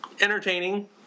entertaining